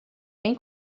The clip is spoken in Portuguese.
bem